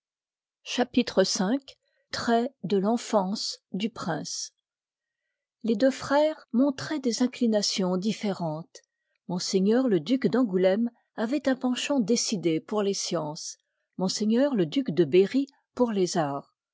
chapitre v traits de venfance du prince les deux frères montroient des inclinations différentes ms le duc d'angouléme avoit un penchant décidé pour les sciences ms le duc de berry pour les arts